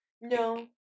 No